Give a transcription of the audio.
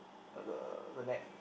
uh the the net